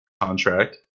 contract